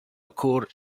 occur